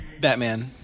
Batman